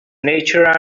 nature